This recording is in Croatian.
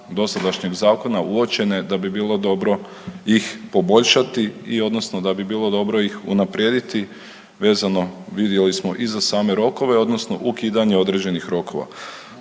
dosadašnjeg zakona uočene da bi bilo dobro ih poboljšati i odnosno da bi bilo ih unaprijediti vidjeli smo i za same rokove odnosno ukidanje određenih rokova.